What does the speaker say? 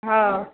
हँ